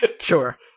Sure